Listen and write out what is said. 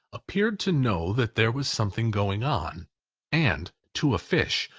appeared to know that there was something going on and, to a fish,